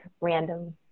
random